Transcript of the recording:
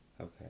Okay